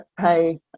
pay